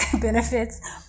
benefits